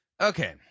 Okay